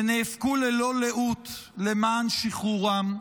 שנאבקו ללא לאות למען שחרורם,